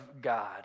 God